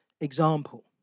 example